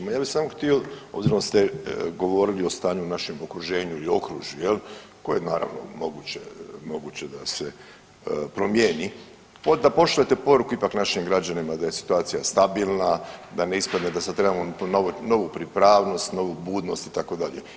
Ma ja bih samo htio obzirom da ste govorili o stanju u našem okruženju i okružju koje je naravno moguće da se promijeni, da pošaljete poruku ipak našim građanima da je situacija stabilna, da sad ne ispadne da trebamo novu pripravnost, novu budnost itd.